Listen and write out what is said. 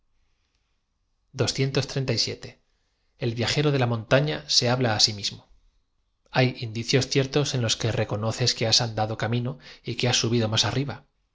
l viajero de la montaña e habla á h m im o h ay indicios ciertos en los quo reconoces que has andado camino y que has sabido más arriba